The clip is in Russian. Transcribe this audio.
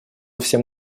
всем